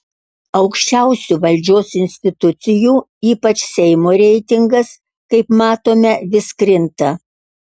aukščiausių valdžios institucijų ypač seimo reitingas kaip matome vis krinta